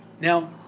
Now